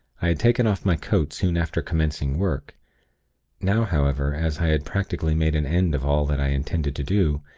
i had taken off my coat soon after commencing work now, however, as i had practically made an end of all that i intended to do,